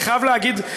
אני חייב להגיד,